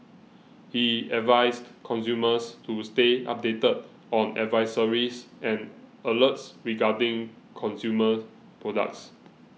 he advised consumers to stay updated on advisories and alerts regarding consumer products